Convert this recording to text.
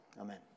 amen